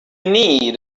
need